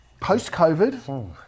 post-COVID